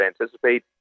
anticipate